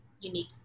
unique